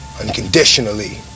unconditionally